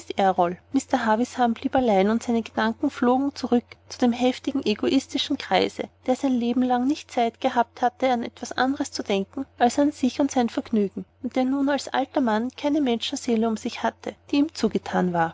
mr havisham blieb allein und seine gedanken flogen zurück zu dem heftigen egoistischen greise der sein lebenlang nicht zeit gefunden hatte an etwas andres zu denken als an sich und sein vergnügen und der nun als alter mann keine menschenseele um sich hatte die ihm zugethan war